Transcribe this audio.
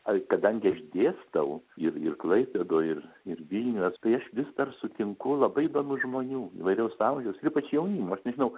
ai kadangi aš dėstau ir ir klaipėdoj ir ir vilniuje tai aš vis dar sutinku labai įdomių žmonių įvairiaus amžiaus ir ypač jaunimo aš nežinau